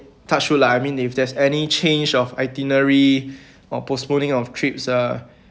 touch wood lah I mean if there's any change of itinerary or postponing of trips uh